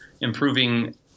improving